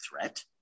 threat